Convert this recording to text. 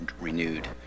renewed